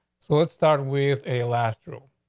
so let's start with a last room.